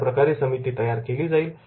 अशाप्रकारे समिती तयार केली जाईल